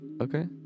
okay